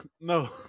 no